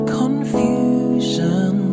confusion